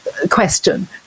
question